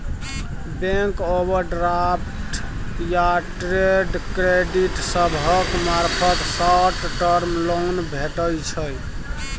bank overdraft या trade credit सभक मार्फत शॉर्ट टर्म लोन भेटइ छै